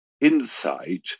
insight